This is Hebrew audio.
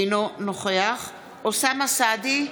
אינו נוכח אוסאמה סעדי,